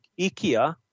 Ikea